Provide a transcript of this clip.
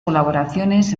colaboraciones